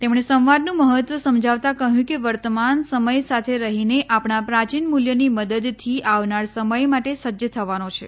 તેમણે સંવાદનું મહત્વ સમજાવતા કહ્યું કે વર્તમાન સમય સાથે રહીને આપણા પ્રાચીન મૂલ્યોની મદદથી આવનાર સમય માટે સજ્જ થવાનો છે